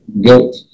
guilt